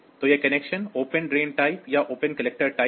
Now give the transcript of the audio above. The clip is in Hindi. तो ये कनेक्शन ओपन ड्रेन टाइप या ओपन कलेक्टर टाइप हैं